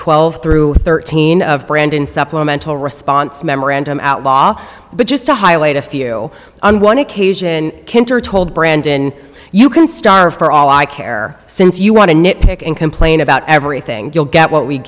twelve through thirteen of brandon supplemental response memorandum outlaw but just to highlight a few on one occasion tkinter told brandon you can starve for all i care since you want to nit pick and complain about everything you'll get what we